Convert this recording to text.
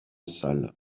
salle